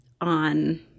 on